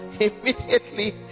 immediately